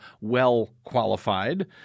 well-qualified